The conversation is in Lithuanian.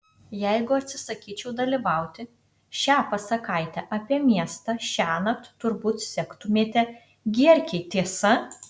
jeigu atsisakyčiau dalyvauti šią pasakaitę apie miestą šiąnakt turbūt sektumėte gierkei tiesa